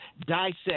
dissect